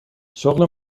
شغل